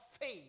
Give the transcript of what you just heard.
faith